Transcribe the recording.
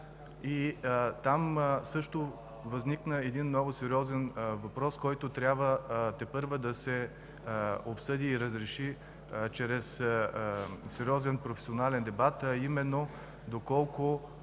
Там също възникна един много сериозен въпрос, който трябва тепърва да се обсъди и разреши чрез сериозен професионален дебат, а именно доколко